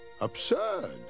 Absurd